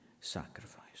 sacrifice